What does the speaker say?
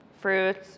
fruits